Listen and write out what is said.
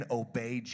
obey